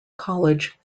college